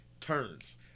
turns